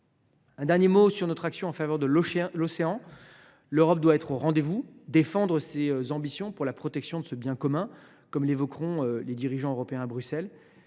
un dernier mot sur notre action en faveur de l’océan. L’Europe doit être au rendez vous et défendre ses ambitions pour la protection de ce bien commun, comme le souligneront les dirigeants européens à Bruxelles.